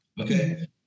okay